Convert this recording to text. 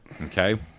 Okay